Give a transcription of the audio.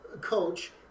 coach